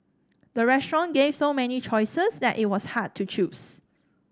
the restaurant gave so many choices that it was hard to choose